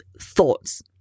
thoughts